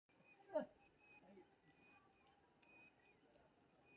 एक अनार मे सैकड़ो छोट छोट रसीला दाना होइ छै